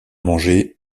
manger